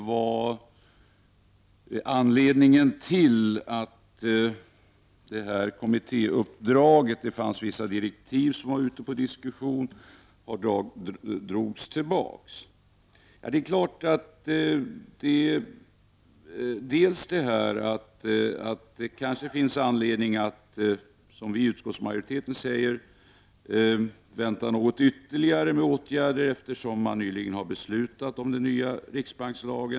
Han undrade av vilken anledning vissa direktiv till ett kommittéuppdrag som var ute till diskussion drogs tillbaka . Det finns kanske anledning, som vi utskottsmajoriteten säger, att vänta något med ytterligare åtgärder, eftersom beslut nyligen har fattats om en ny riksbankslag.